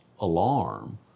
alarm